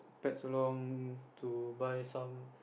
pets along to buy some